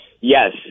Yes